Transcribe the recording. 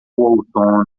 outono